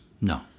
No